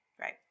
Right